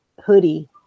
hoodie